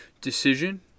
decision